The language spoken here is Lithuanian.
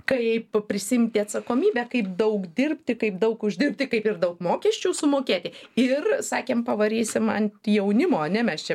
kaip prisiimti atsakomybę kaip daug dirbti kaip daug uždirbti kaip ir daug mokesčių sumokėti ir sakėm pavarysim ant jaunimo ane mes čia